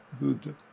Buddha